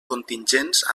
contingents